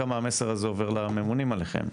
כמה המסר הזה עובר לממונים עליכם,